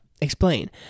explain